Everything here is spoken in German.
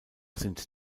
sind